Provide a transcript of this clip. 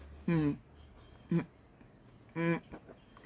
mm mm mm